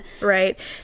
Right